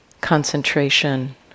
concentration